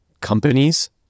companies